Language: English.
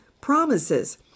promises